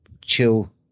chill